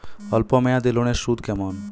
অল্প মেয়াদি লোনের সুদ কেমন?